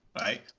right